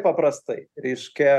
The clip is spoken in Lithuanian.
paprastai reiškia